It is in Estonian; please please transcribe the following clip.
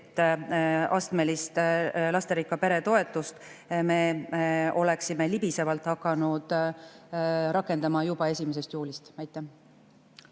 et astmelist lasterikka pere toetust me oleksime libisevalt hakanud rakendama juba 1. juulist. Henn